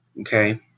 Okay